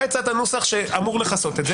אתה הצעת נוסח שאמור לכסות את זה.